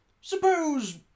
Suppose